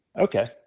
Okay